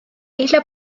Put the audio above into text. isla